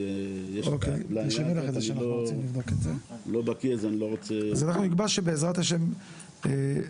אני לא בקיא אז אני לא רוצה- -- אז אנחנו נקבע שבע"ה באחד